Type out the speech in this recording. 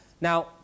Now